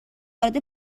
وارد